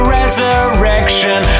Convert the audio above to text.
resurrection